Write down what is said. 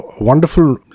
wonderful